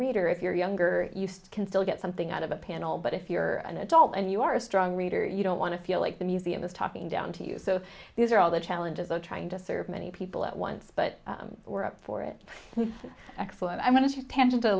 reader if you're younger you can still get something out of a panel but if you're an adult and you are a strong reader you don't want to feel like the museum is talking down to you so these are all the challenges of trying to serve many people at once but we're up for it excellent i'm